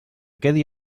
quedi